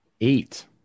Eight